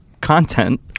content